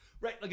Right